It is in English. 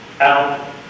out